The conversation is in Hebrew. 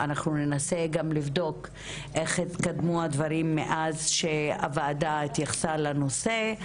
אנחנו ננסה גם לבדוק איך התקדמו הדברים מאז שהוועדה התכנסה בנושא.